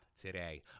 today